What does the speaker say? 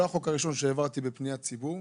זאת לא הצעת החוק הראשונה שהעברתי בעקבות פניות ציבור.